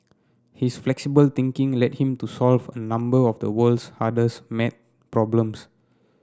his flexible thinking led him to solve a number of the world's hardest maths problems